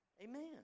amen